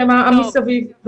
שהם מסביב.